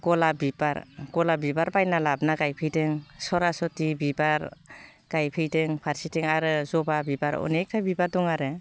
गलाब बिबार गलाब बिबार बायना लाबोनानै गायफैदों सरास'थि बिबार गायफैदों फारसेथिं आरो जबा बिबार अनेगथा बिबार दं आरो